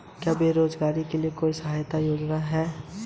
क्या बेरोजगारों के लिए भी कोई सहायता योजना है?